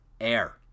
air